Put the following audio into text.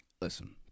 Listen